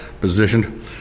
positioned